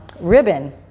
ribbon